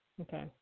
Okay